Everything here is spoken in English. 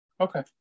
Okay